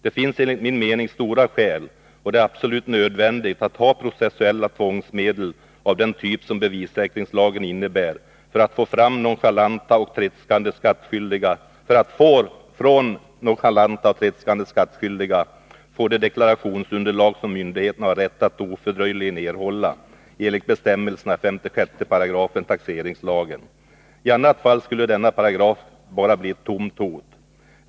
Det är enligt min mening absolut nödvändigt att ha processuella tvångsmedel av den typ som bevissäkringslagen innebär, för att från nonchalanta och tredskande skattskyldiga få det deklarationsunderlag som myndigheterna har rätt att ofördröjligen erhålla, enligt bestämmelserna i 56 § taxeringslagen. I annat fall skulle denna paragraf bara bli ett tomt hot.